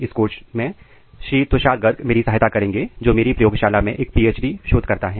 इस कोर्स में श्री तुषार गर्ग मेरी सहायता करेंगे जो मेरी प्रयोगशाला में एक पीएचडी शोधकर्ता हैं